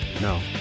No